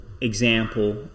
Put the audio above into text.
example